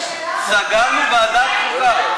סגרנו ועדת חוקה.